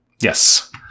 Yes